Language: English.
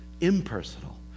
impersonal